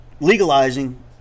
Legalizing